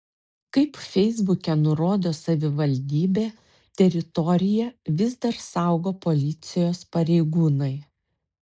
kaip feisbuke nurodo savivaldybė teritoriją vis dar saugo policijos pareigūnai